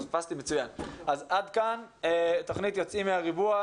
עד כאן תוכנית "יוצאים מהריבוע".